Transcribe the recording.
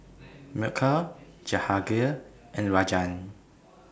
Milkha Jahangir and Rajan